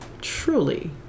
truly